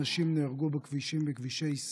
אנשים נהרגו בכבישי ישראל.